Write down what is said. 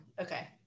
Okay